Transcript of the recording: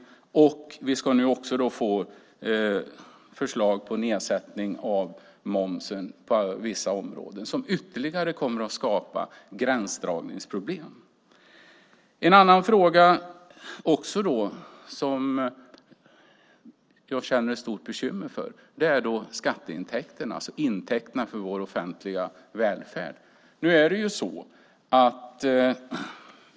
Nu ska vi dessutom få förslag på nedsättning av momsen på vissa områden. Det kommer att skapa ytterligare gränsdragningsproblem. En annan sak som jag är bekymrad över är skatteintäkterna, alltså intäkterna till vår offentliga välfärd.